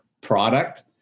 product